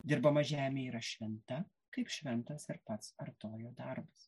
dirbama žemė yra šventa kaip šventas ir pats artojo darbas